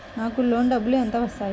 నాకు లోన్ డబ్బులు ఎంత వస్తాయి?